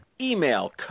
Email